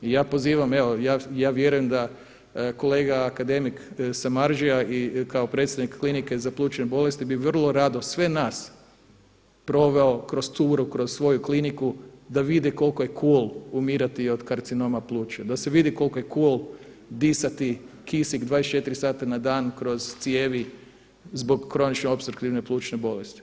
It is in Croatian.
I ja pozivam evo i ja vjerujem da kolega akademik Samardžija i kao predsjednik klinike za plućne bolesti bi vrlo rado sve nas proveo kroz turu, kroz svoju kliniku da vide koliko je cool umirati od karcinoma pluća, da se vidi koliko je cool disati kisik 24 sata na dan kroz cijevi zbog kronične opstruktivne plućne bolesti.